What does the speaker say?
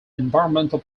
environmental